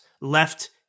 left